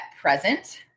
present